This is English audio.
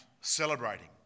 celebrating